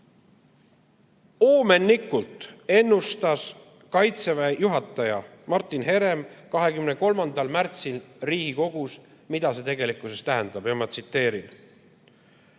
Oomenlikult ennustas Kaitseväe juhataja Martin Herem 23. märtsil Riigikogus, mida see tegelikkuses tähendab. Ma tsiteerin: